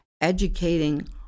educating